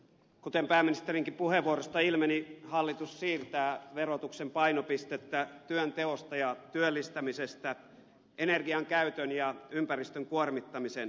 kuten pääministerinkin puheenvuorosta ilmeni hallitus siirtää verotuksen painopistettä työnteosta ja työllistämisestä energian käytön ja ympäristön kuormittamisen verottamiseen